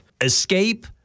escape